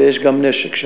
ויש גם שם נשק.